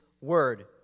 word